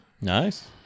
Nice